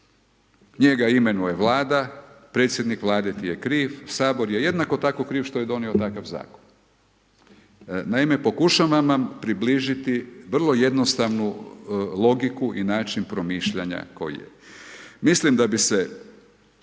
njega imenuje Vlada, predsjednik Vlade ti je kriv, sabor je jednako tako kriv što je donio takav zakon. Naime, pokušavam vam približit vrlo jednostavnu logiku i način promišljanja koji je, mislim da bi se